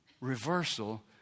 reversal